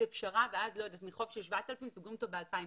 פשרה ואז מחוב של 7,000 סוגרים אותו ב-2,000.